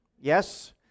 Yes